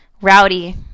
rowdy